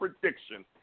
prediction